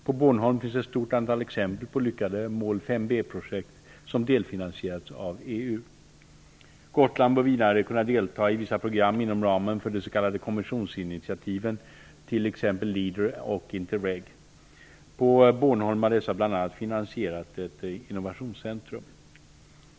På Bornholm finns ett stort antal exempel på lyckade mål 5 b-projekt som delfinansierats av EU. Gotland bör vidare kunna delta i vissa program inom ramen för de s.k. kommissionsinitiativen, t.ex. LEADER och INTEREG. På Bornholm har dessa bl.a. finansierat ett innovationscentrum.